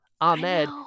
Ahmed